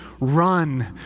run